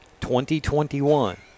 2021